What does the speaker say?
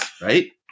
right